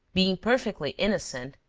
being perfectly innocent.